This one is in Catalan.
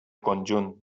conjunt